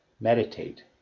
Meditate